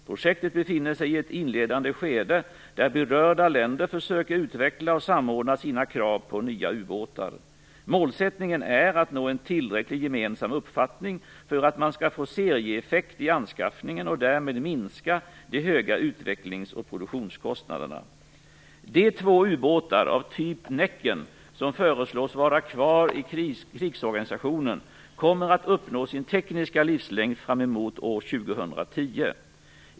Projektet befinner sig i ett inledande skede där berörda länder försöker utveckla och samordna sina krav på nya ubåtar. Målsättningen är att nå en tillräckligt gemensam uppfattning för att man skall få serieeffekt i anskaffningen och därmed minska de höga utvecklings och produktionskostnaderna. De två ubåtar av typ Näcken som föreslås vara kvar i krigsorganisationen kommer att uppnå sin tekniska livslängd fram emot år 2010.